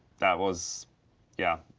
that was yeah.